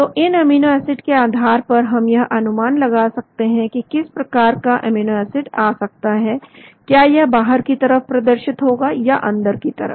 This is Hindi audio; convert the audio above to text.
तो इन अमीनो एसिड के आधार पर हम यह अनुमान लगा सकते हैं कि किस प्रकार का अमीनो एसिड आ सकता है क्या यह बाहर की तरफ प्रदर्शित होगा या अंदर की तरफ